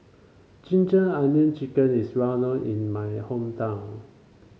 ginger onion chicken is well known in my hometown